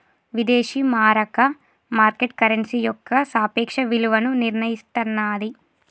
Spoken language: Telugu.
విదేశీ మారక మార్కెట్ కరెన్సీ యొక్క సాపేక్ష విలువను నిర్ణయిస్తన్నాది